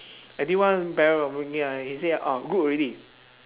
I did one parallel parking ah he say orh good already